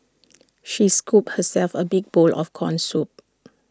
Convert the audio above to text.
she scooped herself A big bowl of Corn Soup